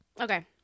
okay